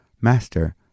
Master